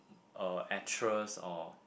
a actress or